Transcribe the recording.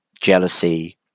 jealousy